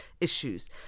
issues